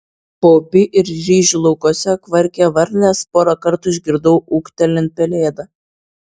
paupy ir ryžių laukuose kvarkė varlės porą kartų išgirdau ūktelint pelėdą